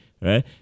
right